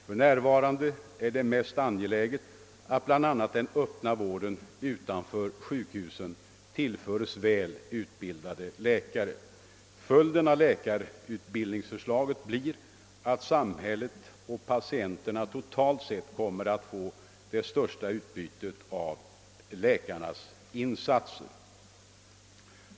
För närvarande är det mest angeläget att bl.a. den öppna vården utanför sjukhusen tillförs välutbildade läkare. Följden av läkarutbildningsförslaget blir att samhället och patienterna totalt sett kommer att få det största utbytet av läkarnas insatser.